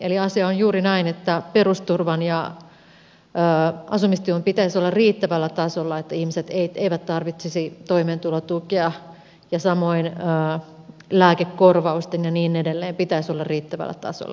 eli asia on juuri näin että perusturvan ja asumistuen pitäisi olla riittävällä tasolla että ihmiset eivät tarvitsisi toimeentulotukea samoin lääkekorvausten ja niin edelleen pitäisi olla riittävällä tasolla